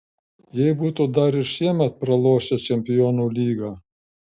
jei būtų dar ir šiemet pralošę čempionų lygą